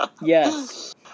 yes